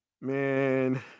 Man